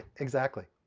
exactly.